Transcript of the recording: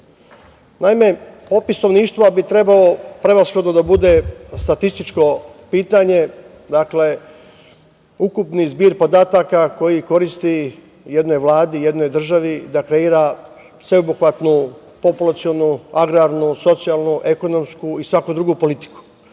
Naime, popis stanovništva bi trebao prevashodno da bude statističko pitanje, dakle ukupni zbir podataka koji koristi jednoj vladi, jednoj državi da kreira sveobuhvatnu, populacionu, agrarnu, socijalnu, ekonomsku i svaku drugu politiku,